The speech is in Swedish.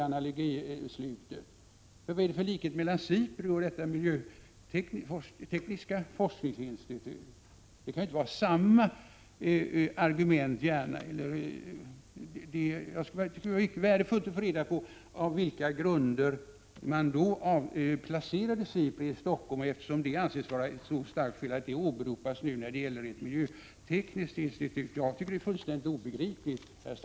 Vad är det för likhet mellan SIPRI och detta miljötekniska forskningsinstitut? Det skulle vara värdefullt att få reda på grunderna för att placera SIPRI i Stockholm, eftersom de tydligen är så starka att de åberopas när det gäller miljötekniska institutet. Jag tycker det är fullständigt obegripligt.